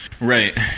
Right